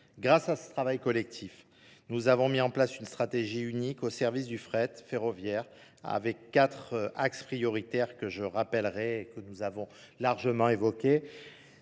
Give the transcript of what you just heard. Grâce à ce travail collectif, nous avons mis en place une stratégie unique au service du fret ferroviaire avec quatre axes prioritaires que je rappellerai et que nous avons largement évoqués.